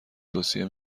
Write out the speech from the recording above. توصیه